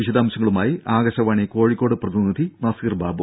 വിശദാശംങ്ങളുമായി ആകാശവാണി കോഴിക്കോട് പ്രതിനിധി നസീർബാബു